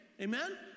Amen